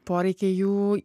poreikiai jų